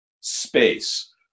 space